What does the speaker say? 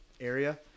area